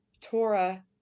Torah